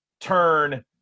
turn